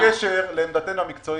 ללא קשר לעמדתנו המקצועית,